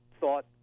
thought